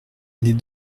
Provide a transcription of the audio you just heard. les